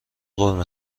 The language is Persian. قورمه